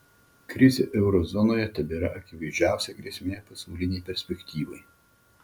krizė euro zonoje tebėra akivaizdžiausia grėsmė pasaulinei perspektyvai